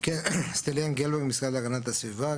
כן, שוב סטיליאן ממשרד להגנת הסביבה.